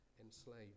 enslaved